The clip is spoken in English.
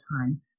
time